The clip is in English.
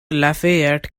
lafayette